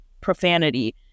profanity